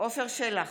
עפר שלח,